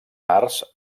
arts